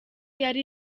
yari